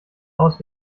aus